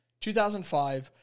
2005